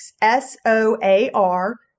S-O-A-R